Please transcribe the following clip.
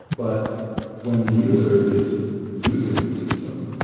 but when the user is using the system,